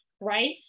right